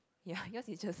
ya yours is just